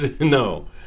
No